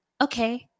okay